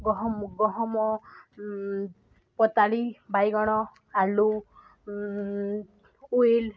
ଗହମ ଗହମ ପତାଳି ବାଇଗଣ ଆଳୁ ଉଇଲ